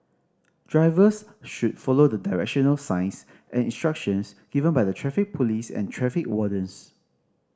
drivers should follow the directional signs and instructions given by the Traffic Police and traffic wardens